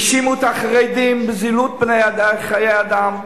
האשימו את החרדים בזילות חיי בני-אדם,